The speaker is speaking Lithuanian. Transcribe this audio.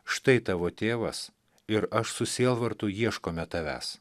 štai tavo tėvas ir aš su sielvartu ieškome tavęs